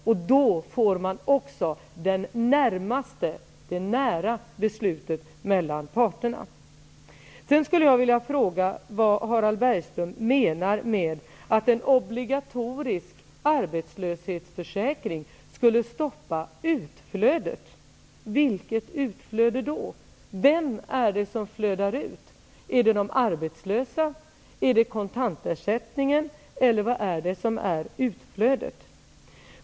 Det innebär också att beslutet fattas nära parterna. Sedan skulle jag vilja fråga vad Harald Bergström menar med att en obligatorisk arbetslöshetsförsäkring skulle ''stoppa utflödet''. Vilket utflöde då? Vem eller vad är det som flödar ut? Är det de arbetslösa, är det kontantersättningen, eller vad är det som är utflödet?